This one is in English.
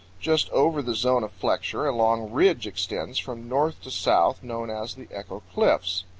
just over the zone of flexure a long ridge extends from north to south, known as the echo cliffs.